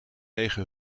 lege